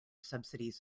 subsidies